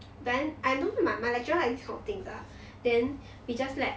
then I don't my my lecturer like this kind of thing lah then we just let